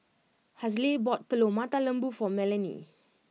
Hazle bought Telur Mata Lembu for Melany